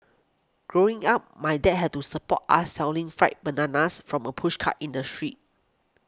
growing up my dad had to support us selling fried bananas from a pushcart in the street